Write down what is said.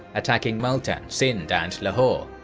attacking multan, sind and lahore.